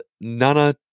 Nana